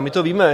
My to víme.